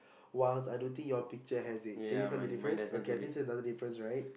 Wang I don't think your picture has it can you find the difference okay I think that's another difference right